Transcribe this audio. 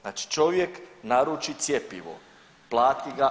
Znači čovjek naruči cjepivo, plati ga.